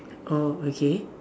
oh okay